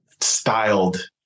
styled